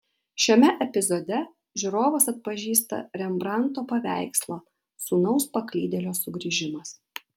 šiame epizode žiūrovas atpažįsta rembrandto paveikslą sūnaus paklydėlio sugrįžimas